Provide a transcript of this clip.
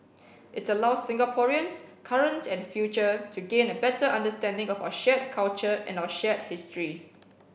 its allows Singaporeans current and future to gain a better understanding of our shared culture and our shared history